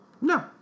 No